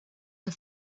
the